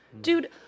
Dude